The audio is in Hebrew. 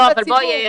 לא, זה לא לעניין.